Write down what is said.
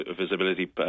visibility